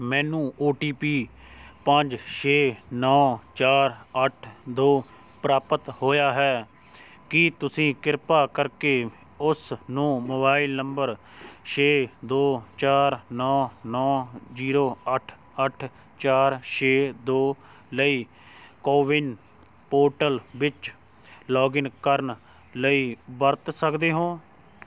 ਮੈਨੂੰ O T P ਪੰਜ ਛੇ ਨੌ ਚਾਰ ਅੱਠ ਦੋ ਪ੍ਰਾਪਤ ਹੋਇਆ ਹੈ ਕੀ ਤੁਸੀਂ ਕਿਰਪਾ ਕਰਕੇ ਉਸ ਨੂੰ ਮੋਬਾਈਲ ਨੰਬਰ ਛੇ ਦੋ ਚਾਰ ਨੌ ਨੌ ਜੀਰੋ ਅੱਠ ਅੱਠ ਚਾਰ ਛੇ ਦੋ ਲਈ ਕੋਵਿਨ ਪੋਰਟਲ ਵਿੱਚ ਲੌਗਇਨ ਕਰਨ ਲਈ ਵਰਤ ਸਕਦੇ ਹੋ